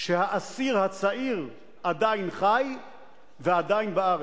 שהאסיר הצעיר עדיין חי ועדיין בארץ.